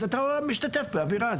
אז אתה משתתף בעבירה.